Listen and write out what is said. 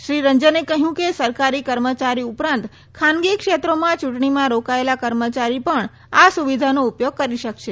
શ્રી રંજને કહ્યું કે સરકારી કર્મચારી ઉપરાંત ખાનગી ક્ષેત્રોમાં ચૂંટણીમાં રોકાયેલા કર્મચારી પણ આ સુવિધાનો ઉપયોગ કરી શકશે